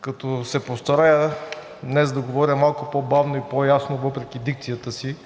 като се постарая днес да говоря малко по-бавно и по-ясно, въпреки дикцията си,